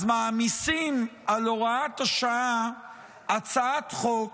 אז מעמיסים על הוראת השעה הצעת חוק